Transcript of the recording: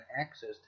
access